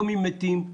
לא מהמתים,